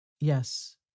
Yes